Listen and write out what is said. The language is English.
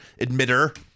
admitter